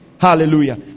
Hallelujah